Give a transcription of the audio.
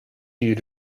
you